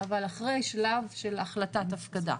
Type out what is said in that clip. אבל אחרי שלב של החלטת הפקדה,